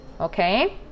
okay